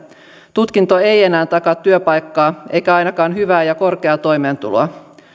tutkinto ei enää takaa työpaikkaa eikä ainakaan hyvää ja korkeaa toimeentuloa